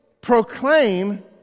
proclaim